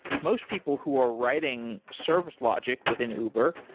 most people who are writing service logic within uber,